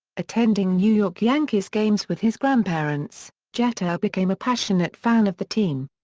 attending new york yankees games with his grandparents, jeter became a passionate fan of the team.